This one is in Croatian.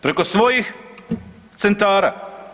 Preko svojih centara.